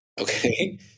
Okay